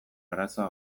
arazoa